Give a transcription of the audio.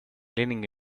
leaning